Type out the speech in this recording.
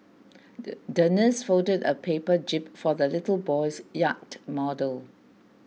the nurse folded a paper jib for the little boy's yacht model